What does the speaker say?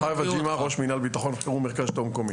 ראש מינהל ביטחון חירום, מרכז השלטון המקומי.